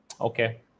Okay